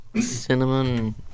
Cinnamon